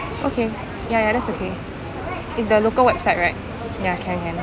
okay ya ya that's okay it's the local website right ya can can